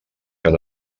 que